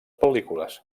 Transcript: pel·lícules